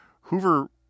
Hoover